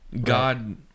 God